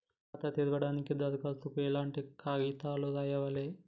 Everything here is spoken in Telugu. ఖాతా తెరవడానికి దరఖాస్తుకు ఎట్లాంటి కాయితాలు రాయాలే?